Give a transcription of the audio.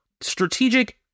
strategic